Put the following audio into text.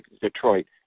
Detroit